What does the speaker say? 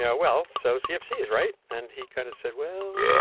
yeah well, so cfcs, right? and he kind of said, well.